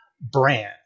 brand